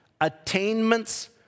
attainments